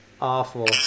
Awful